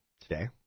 today